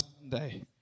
Sunday